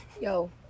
yo